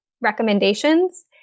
recommendations